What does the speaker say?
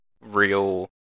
real